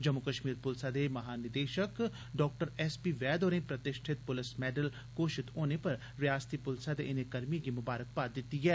जम्मू कश्मीर पुलसै दे महानिदेशक डा एस पी वैद होरें प्रतिष्ठित पुलस मैडल घोषत होने पर रयासती पुलसै दे इनें कर्मियें गी ममारकबाद दिती ऐ